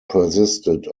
persisted